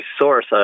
source